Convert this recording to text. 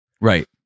Right